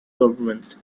government